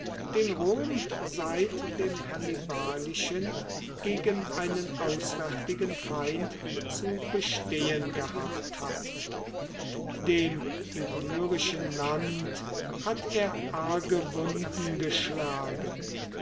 den rom seit dem hannibalischen gegen einen auswärtigen feind zu bestehen gehabt hat dem illyrischen land hat er arge wunden geschlagen